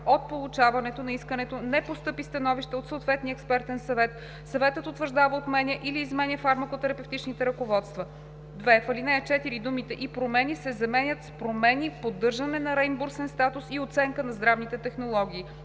от получаването на искането не постъпи становище от съответния експертен съвет, съветът утвърждава, отменя или изменя фармако-терапевтичните ръководства“. 2. В ал. 4 думите „и промени“ се заменят с „промени, поддържане на реимбурсен статус и оценка на здравните технологии“.